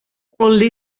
only